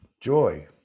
joy